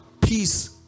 peace